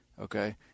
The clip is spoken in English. Okay